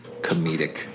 Comedic